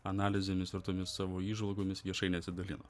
analizėmis tvirtomis savo įžvalgomis viešai nesidalino